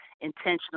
Intentional